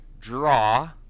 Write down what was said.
Draw